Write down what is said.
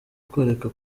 kureka